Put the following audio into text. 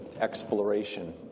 exploration